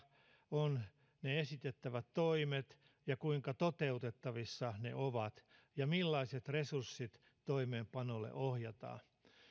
ovat ne esitettävät toimet ja kuinka toteutettavissa ne ovat ja millaiset resurssit toimeenpanolle ohjataan